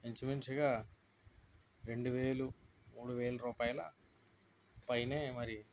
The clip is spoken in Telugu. ఇంచుమించుగా రెండు వేలు మూడు వేలు రూపాయల పైన మరి